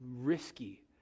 risky